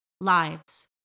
lives